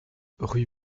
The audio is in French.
rue